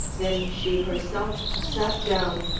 then she herself sat down,